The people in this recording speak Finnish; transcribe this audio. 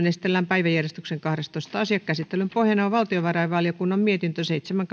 esitellään päiväjärjestyksen kahdestoista asia käsittelyn pohjana on valtiovarainvaliokunnan mietintö seitsemän